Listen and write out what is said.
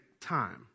time